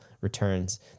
returns